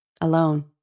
alone